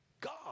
God